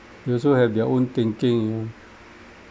they also have their own thinking you know